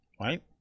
Right